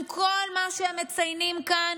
עם כל מה שהם מציינים כאן,